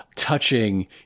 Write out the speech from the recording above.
touching